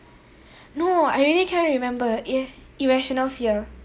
no I really can't remember i~ irrational fear